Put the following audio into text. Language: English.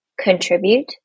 contribute